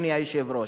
אדוני היושב-ראש.